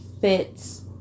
fits